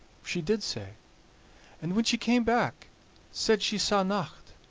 she did sae and when she came back said she saw nocht.